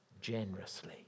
generously